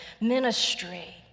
ministry